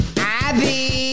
Abby